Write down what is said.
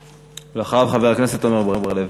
לאחריו, חבר הכנסת עמר בר-לב.